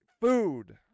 food